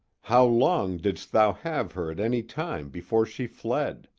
how long didst thou have her at any time before she fled?